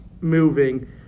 moving